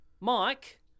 Mike